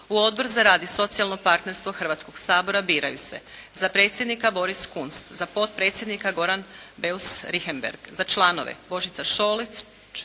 U Odbor za rad i socijalno partnerstvo Hrvatskog sabora biraju se: za predsjednika Boris Kunst, za potpredsjednika Goran Beus Richembergh, za članove Božica Šolić,